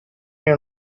here